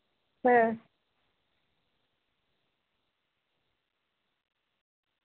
ᱦᱮᱸ